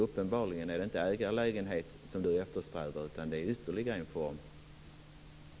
Uppenbarligen är det därför inte en ägarlägenhet som hon eftersträvar utan det är ytterligare en upplåtelseform.